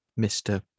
Mr